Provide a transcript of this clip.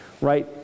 right